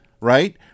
right